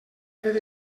fet